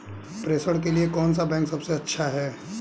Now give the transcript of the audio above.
प्रेषण के लिए कौन सा बैंक सबसे अच्छा है?